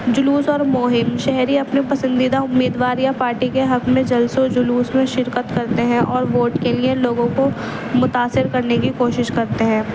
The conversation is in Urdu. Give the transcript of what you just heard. جلوس اور مہم شہری اپنے پسندیدہ امیدوار یا پارٹی کے حق میں جلسہ و جلوس میں شرکت کرتے ہیں اور ووٹ کے لیے لوگوں کو متاثر کرنے کی کوشش کرتے ہیں